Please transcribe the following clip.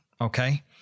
okay